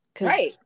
Right